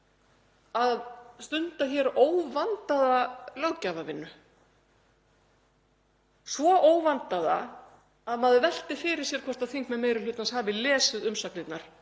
að stunda hér óvandaða löggjafarvinnu, svo óvandaða að maður veltir fyrir sér hvort þingmenn meiri hlutans hafi lesið umsagnir